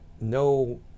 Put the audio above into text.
no